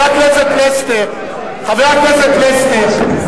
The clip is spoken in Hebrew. חבר הכנסת פלסנר,